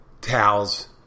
towels